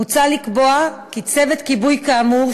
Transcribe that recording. מוצע לקבוע כי צוות כיבוי כאמור,